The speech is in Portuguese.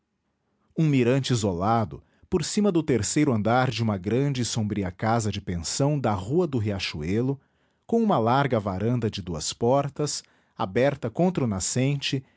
um mirante isolado por cima do terceiro andar de uma grande e sombria casa de pensão da rua do riachuelo com uma larga varanda de duas portas aberta contra o nascente